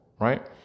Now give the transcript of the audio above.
Right